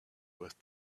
with